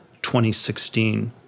2016